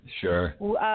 Sure